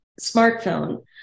smartphone